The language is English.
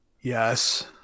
Yes